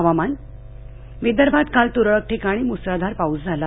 हवामानः विदर्भात काल तुरळक ठिकाणी मुसळधार पाऊस झाला